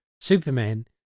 Superman